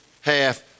half